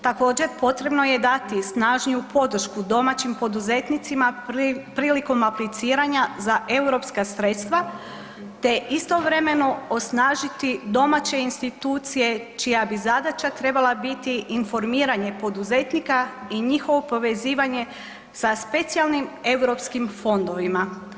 Također potrebno je dati snažniju podršku domaćim poduzetnicima prilikom apliciranja za europska sredstva, te istovremeno osnažiti domaće institucije čija bi zadaća trebala biti informiranje poduzetnika i njihovo povezivanje sa specijalnim europskim fondovima.